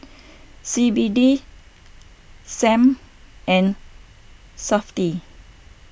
C B D Sam and SAFTI